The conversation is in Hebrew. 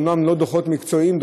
אומנם לא דוחות מקצועיים,